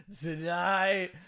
tonight